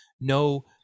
no